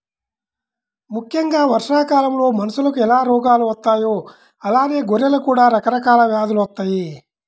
ముక్కెంగా వర్షాకాలంలో మనుషులకు ఎలా రోగాలు వత్తాయో అలానే గొర్రెలకు కూడా రకరకాల వ్యాధులు వత్తయ్యి